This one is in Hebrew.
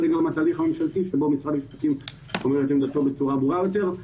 זה גם התהליך הממשלתי בו משרד המשפטים אומר את עמדתו בצורה ברורה יותר.